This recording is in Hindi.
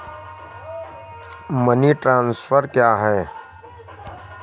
मनी ट्रांसफर क्या है?